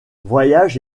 voyage